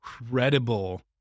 incredible